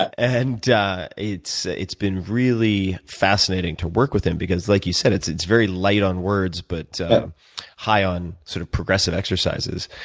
and yeah it's ah it's been really fascinating to work with him because like you said, it's it's very light on words but high on sort of progressive exercises.